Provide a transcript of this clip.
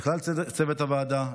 לכלל צוות הוועדה,